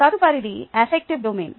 తదుపరిది effective domain